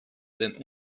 den